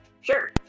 Sure